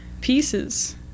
pieces